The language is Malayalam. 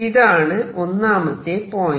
ഇതാണ് ഒന്നാമത്തെ പോയിന്റ്